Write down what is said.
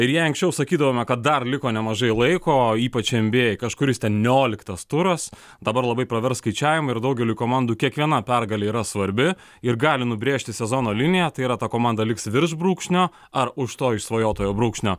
ir jei anksčiau sakydavome kad dar liko nemažai laiko ypač nba kažkuris ten nioliktas turas dabar labai pravers skaičiavimai ir daugeliui komandų kiekviena pergalė yra svarbi ir gali nubrėžti sezono liniją tai yra ta komanda liks virš brūkšnio ar už to išsvajotojo brūkšnio